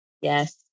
Yes